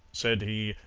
said he,